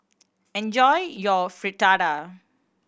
enjoy your Fritada